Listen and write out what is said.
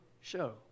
show